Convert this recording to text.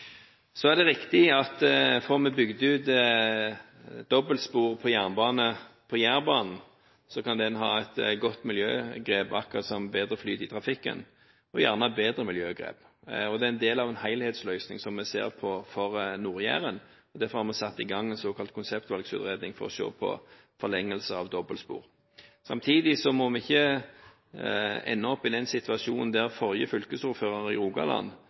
Så er det riktig at fra vi bygde ut dobbeltspor på Jærbanen, kan det ha vært et godt miljøgrep, akkurat som bedre flyt i trafikken, og gjerne et bedre miljøgrep. Det er en del av en helhetsløsning som vi ser på for Nord-Jæren. Derfor har vi satt i gang en såkalt konseptvalgutredning for å se på forlengelse av dobbeltsporet. Samtidig må vi ikke ende opp i den situasjonen som forrige fylkesordfører i Rogaland,